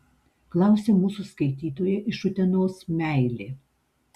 klausia mūsų skaitytoja iš utenos meilė